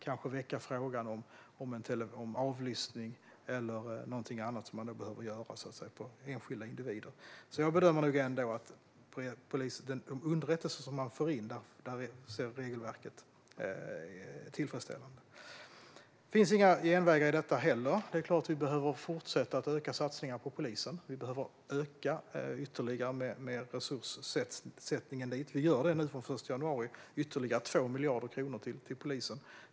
Kanske väcks frågan om avlyssning eller något annat som behöver göras i fråga om enskilda individer. Jag bedömer nog ändå att regelverket är tillfredsställande när det gäller de underrättelser man får in. Det finns inga genvägar i detta. Det är klart att vi behöver fortsätta att öka satsningarna på polisen. Vi behöver tillsätta ytterligare resurser, vilket vi gör från den 1 januari: ytterligare 2 miljarder kronor till polisen.